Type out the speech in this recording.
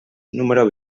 número